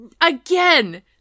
again